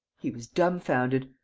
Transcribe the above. he was dumbfounded.